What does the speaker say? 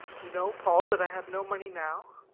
you know, paul, that i have no money now.